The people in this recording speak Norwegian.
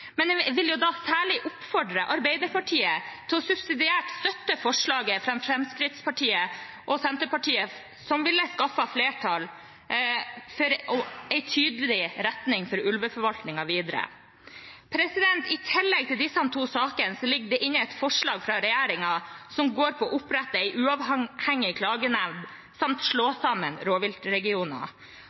Jeg vil da særlig oppfordre Arbeiderpartiet til subsidiært å støtte forslaget fra Fremskrittspartiet og Senterpartiet, som ville skaffet flertall for en tydelig retning for ulveforvaltningen videre. I tillegg til disse to sakene ligger det inne et forslag fra regjeringen som går på å opprette en uavhengig klagenemnd samt å slå sammen rovviltregioner